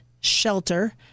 shelter